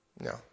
No